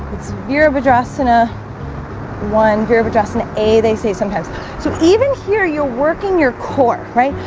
year of address and a one view of address and a they say sometimes so even here you're working your core, right?